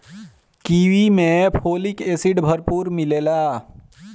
kiwi में folic acid भरपूर मिलेला